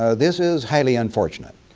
ah this is highly unfortunate.